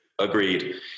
agreed